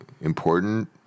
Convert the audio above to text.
important